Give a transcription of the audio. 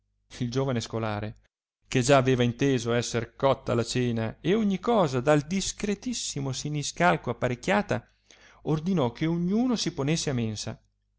il giovane scolare che già aveva inteso esser cotta la cena e ogni cosa dal discretissimo siniscalco apparecchiata ordinò che ogniuno si ponesse a mensa